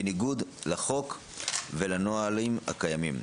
בניגוד לחוק ולנהלים הקיימים.